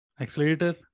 accelerator